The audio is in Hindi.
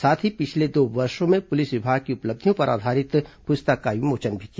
साथ ही पिछले दो वर्षों में पूलिस विभाग की उपलब्धियों पर आधारित पूस्तक का विमोचन भी किया